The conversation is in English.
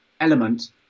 element